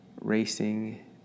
racing